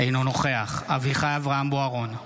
אינו נוכח אביחי אברהם בוארון,